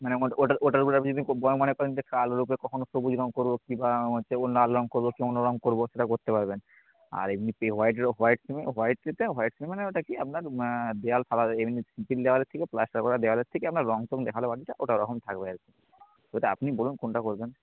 মানে মোট ওটার ওটার উপরে আপনি যদি কো পরে মনে করেন যে কালোর ওপরে কখনো সবুজ রঙ করবো কিংবা হচ্ছে ওন লাল রঙ করবো কি অন্য রঙ করবো সেটা করতে পারবেন আর এমনিতে হোয়াইটেরও হোয়াইট সিমে হোয়াইটেতে হোয়াইট সিমেন্ট মানে ওটা কী আপনার দেওয়াল কালারে এমনি সিল দেওয়ালের থেকে প্লাস্টার করা দেওয়ালের থেকে আপনার রঙ চং দেখাল বাড়িটা ওটা ওরকম থাকবে আর কি ওটা আপনি বলুন কোনটা করবেন